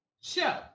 show